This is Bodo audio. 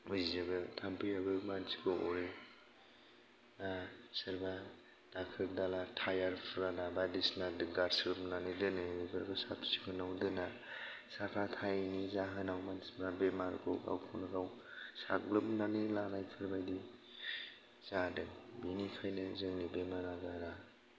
उजिजोबो थामफैआबो मान्थिखौ अरो सोरबा दाखोर दाला टायार फुराना बायदिसिना गारसोमनानै दोनो बेफोरखौ साब सिखोनाव दोना साफा थायैनि जाहोनाव मानसिफ्रा गावखौनो गाव साग्लोबनानै लानायफोर बायदि जादों बिनिखायनो जोंनि बेमार आजारा